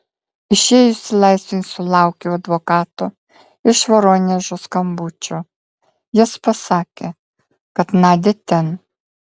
išėjusi laisvėn sulaukiau advokato iš voronežo skambučio jis pasakė kad nadia ten